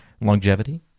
longevity